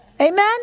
Amen